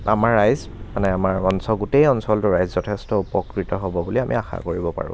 আমাৰ ৰাইজ মানে আমাৰ অঞ্চ গোটেই অঞ্চলটোৰ ৰাইজ যথেষ্ট উপকৃত হ'ব বুলি আমি আশা কৰিব পাৰোঁ